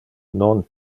non